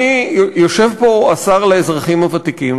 יושב פה השר לאזרחים ותיקים,